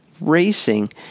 racing